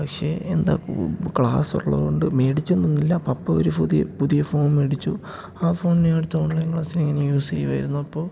പക്ഷേ എന്താണ് ക്ലാസ് ഉള്ളതുകൊണ്ട് മേടിച്ചുതന്നതൊന്നുമല്ല പപ്പ ഒരു പുതിയ ഫോൺ മേടിച്ചു ആ ഫോണ് ഞാനെടുത്ത് ഓൺലൈൻ ക്ലാസ്സിനിങ്ങനെ യൂസ് ചെയ്യുകയായിരുന്നു അപ്പോള്